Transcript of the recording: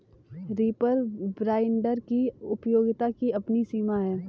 reaper binder की उपयोगिता की अपनी सीमा है